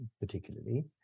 particularly